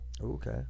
Okay